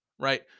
right